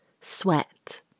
sweat